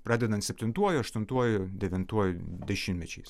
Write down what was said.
pradedant septintuoju aštuntuoju devintuoju dešimtmečiais